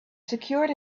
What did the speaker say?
secured